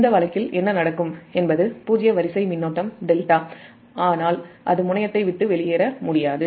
இந்த வழக்கில் என்ன நடக்கும் என்பது பூஜ்ஜிய வரிசை மின்னோட்டம் ∆ ஆனால் அது முனையத்தை விட்டு வெளியேற முடியாது